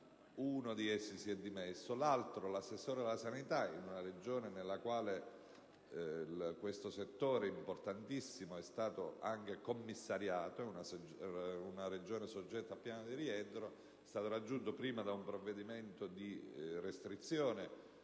Uno di essi si è dimesso; l'altro, l'assessore alla sanità (peraltro in una Regione nella quale questo settore importantissimo è stato commissariato in quanto soggetto al piano di rientro) è stato raggiunto prima da un provvedimento di restrizione,